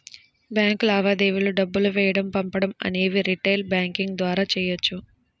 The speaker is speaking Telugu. బ్యాంక్ లావాదేవీలు డబ్బులు వేయడం పంపడం అనేవి రిటైల్ బ్యాంకింగ్ ద్వారా చెయ్యొచ్చు